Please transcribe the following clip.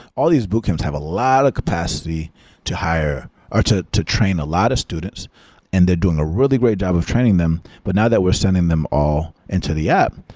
all these boot camps have a lot of capacity to hire or to train train a lot of students and they're doing a really great job of training them. but now that we're sending them all into the app,